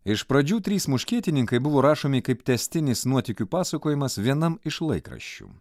iš pradžių trys muškietininkai buvo rašomi kaip tęstinis nuotykių pasakojimas vienam iš laikraščių